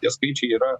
tie skaičiai yra